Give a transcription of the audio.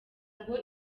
ngo